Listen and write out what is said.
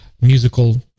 musical